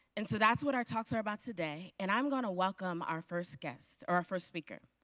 and so that's what our talks are about today. and i'm going to welcome our first best or our first speaker.